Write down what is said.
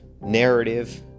narrative